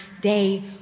day